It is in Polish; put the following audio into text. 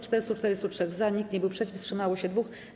443 - za, nikt nie był przeciw, wstrzymało się 2.